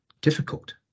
difficult